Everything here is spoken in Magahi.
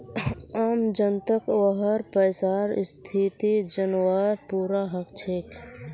आम जनताक वहार पैसार स्थिति जनवार पूरा हक छेक